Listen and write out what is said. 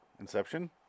Inception